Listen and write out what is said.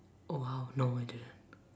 oh !wow! no I didn't